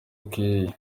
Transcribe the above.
akwiriye